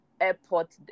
airport